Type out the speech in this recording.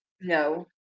no